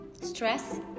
stress